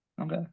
Okay